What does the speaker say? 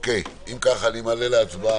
אם כך, אני מעלה להצבעה.